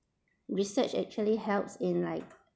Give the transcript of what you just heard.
research actually helps in like